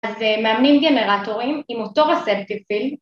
‫אז מאמנים גנרטורים ‫עם אותו רצפטי פילד.